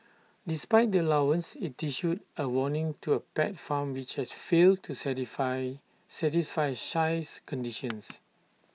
despite the allowance IT issued A warning to A pet farm which has failed to certify satisfy size conditions